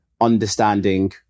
understanding